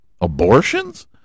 Abortions